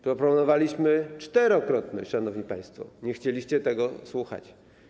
Proponowaliśmy czterokrotność, szanowni państwo, nie chcieliście tego słuchać.